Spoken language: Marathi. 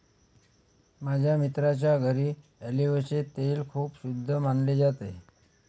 माझ्या मित्राच्या घरी ऑलिव्हचे तेल खूप शुद्ध मानले जाते